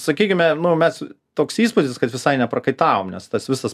sakykime mes toks įspūdis kad visai neprakaitavom nes tas visas